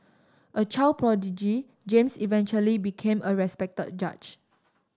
a child prodigy James eventually became a respected judge